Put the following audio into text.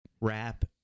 rap